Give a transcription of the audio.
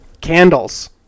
Candles